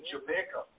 Jamaica